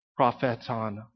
propheton